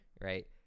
Right